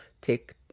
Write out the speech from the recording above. take